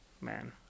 man